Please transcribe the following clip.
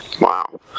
Wow